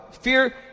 fear